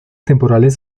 temporales